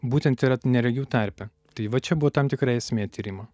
būtent yra neregių tarpe tai va čia buvo tam tikra esmė tyrimo